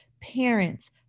parents